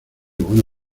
bueno